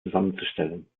zusammenzustellen